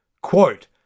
quote